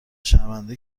شرمنده